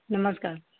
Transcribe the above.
नमस्कार